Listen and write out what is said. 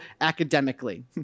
academically